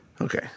Okay